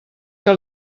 que